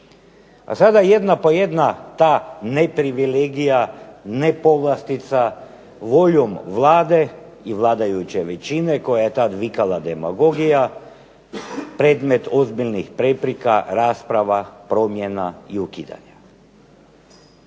A sada jedna po jedna ta neprivilegija, nepovlastica voljom Vlade i vladajuće većine koja je tad vikala demagogija, predmet ozbiljnih prepreka, rasprava, promjena i ukidanja.